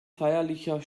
feierlicher